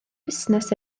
busnes